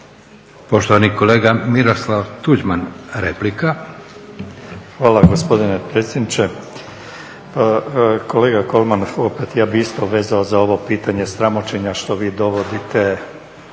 Poštovani kolega Miroslav Tuđman, replika. **Tuđman, Miroslav (HDZ)** Hvala gospodine predsjedniče. Kolega Kolman, opet ja bih isto vezao za ovo pitanje sramoćenja što vi dovodite